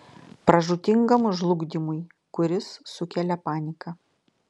pražūtingam žlugdymui kuris sukelia panika